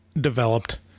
developed